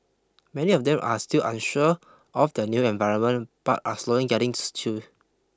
many of them are still unsure of their new environment but are slowly getting used to